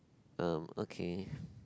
um okay